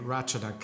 Ratchet